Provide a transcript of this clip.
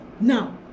now